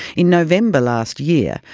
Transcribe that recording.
in november last year,